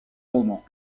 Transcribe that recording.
romans